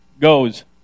goes